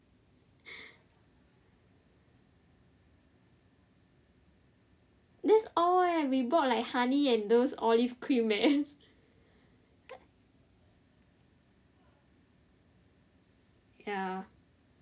that's all leh we bought like honey and those olive cream leh ya